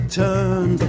turn